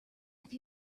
have